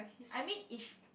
I mean is